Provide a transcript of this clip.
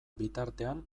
bitartean